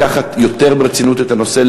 לקחת יותר ברצינות את הנושא,